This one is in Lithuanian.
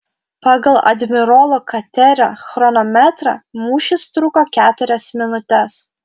pagal admirolo katerio chronometrą mūšis truko keturias minutes